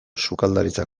sukaldaritza